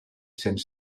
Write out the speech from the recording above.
cents